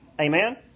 Amen